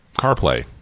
CarPlay